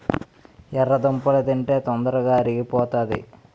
ఎర్రదుంపలు తింటే తొందరగా అరిగిపోతాది